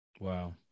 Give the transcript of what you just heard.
Wow